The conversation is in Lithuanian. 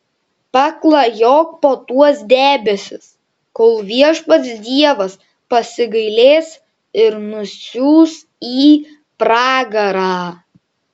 paklajok po tuos debesis kol viešpats dievas pasigailės ir nusiųs į pragarą